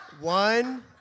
One